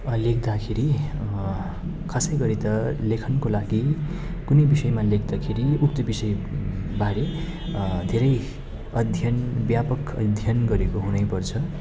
अहिले हेर्दाखेरि खासै गरी त लेखनको लागि कुनै विषयमा लेख्दाखेरि उक्त विषयबारे धेरै अध्ययन व्यापक अध्ययन गरेको हुनैपर्छ